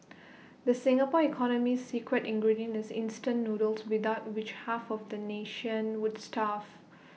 the Singapore economy's secret ingredient is instant noodles without which half of the nation would starve